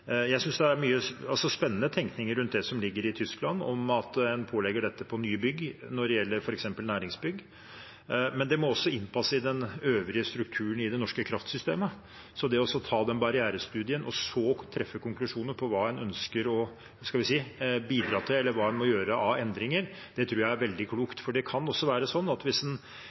Jeg synes det er mye spennende tenkning rundt det som er i Tyskland, om at en pålegger dette for nye bygg, når det gjelder f.eks. næringsbygg, men det må også innpasses i den øvrige strukturen i det norske kraftsystemet. Så det å foreta den barrierestudien og så treffe konklusjoner om hva en ønsker å bidra til, eller hva en må gjøre av endringer, tror jeg er veldig klokt. For det kan også være sånn at hvis en